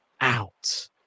out